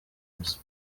neza